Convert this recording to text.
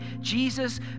Jesus